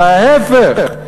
אלא להפך.